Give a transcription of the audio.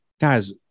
guys